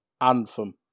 anthem